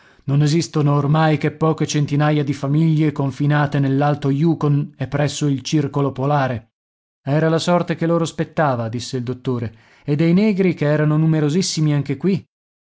non esistono ormai che poche centinaia di famiglie confinate nell'alto yucon e presso il circolo polare era la sorte che loro spettava disse il dottore e dei negri che erano numerosissimi anche qui